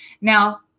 Now